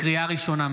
לקריאה ראשונה,